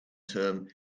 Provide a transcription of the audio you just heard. term